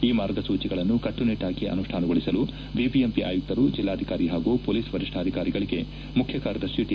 ಈ ಮಾರ್ಗಸೂಚಿಗಳನ್ನು ಕಟ್ಸುನಿಟ್ಟಾಗಿ ಅನುಷ್ಟಾನಗೊಳಿಸಲು ಬಿಬಿಎಂಪಿ ಆಯುಕ್ತರು ಜಿಲ್ಲಾಧಿಕಾರಿ ಹಾಗೂ ಪೊಲೀಸ್ ವರಿಷ್ಠಾಧಿಕಾರಿಗೆ ಮುಖ್ಯ ಕಾರ್ಯದರ್ಶಿ ಟಿ